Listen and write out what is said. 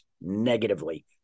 negatively